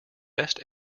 best